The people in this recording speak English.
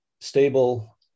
stable